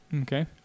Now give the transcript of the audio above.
Okay